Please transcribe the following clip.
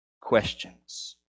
questions